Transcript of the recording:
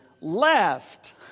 left